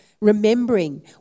remembering